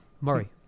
Murray